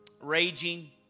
raging